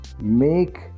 make